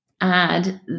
add